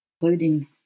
including